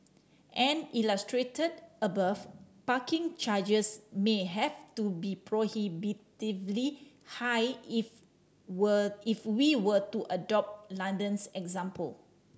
and illustrated above parking charges may have to be prohibitively high if were if we were to adopt London's example